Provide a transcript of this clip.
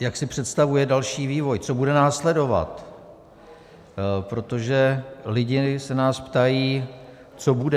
jak si představuje další vývoj, co bude následovat, protože lidi se nás ptají, co bude.